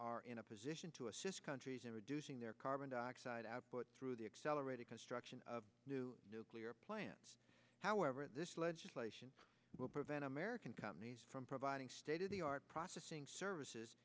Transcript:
are in a position to assist countries in reducing their carbon dioxide output through the accelerated construction of new nuclear plants however this legislation will prevent american companies from providing state of the art processing services